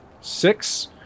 Six